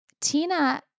Tina